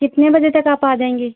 कितने बजे तक आप आ जाएँगे